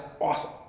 awesome